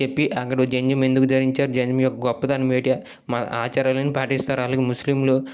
చెప్పి అక్కడ జందెంఎందుకు ధరించారు జందెంయొక్క గొప్పతనం ఏంటి ఆచరణలు పాటిస్తారు అలాగే ముస్లిములు